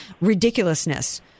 ridiculousness